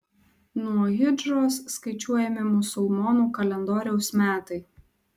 nuo hidžros skaičiuojami musulmonų kalendoriaus metai